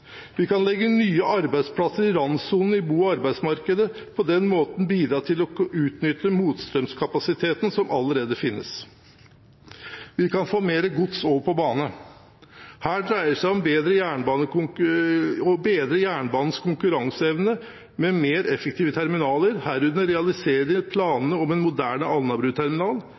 Vi kan legge nye arbeidsplasser i randsonen i bo- og arbeidsmarkedet og på den måten bidra til å utnytte motstrømskapasiteten som allerede finnes. For det andre kan vi få mer gods over på bane. Her dreier det seg om å bedre jernbanens konkurranseevne med mer effektive terminaler, herunder realisering av planene om en moderne